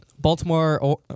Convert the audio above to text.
Baltimore